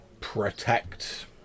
protect